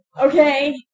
Okay